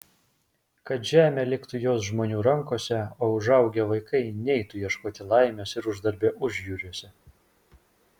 kad žemė liktų jos žmonių rankose o užaugę vaikai neitų ieškoti laimės ir uždarbio užjūriuose